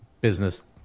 business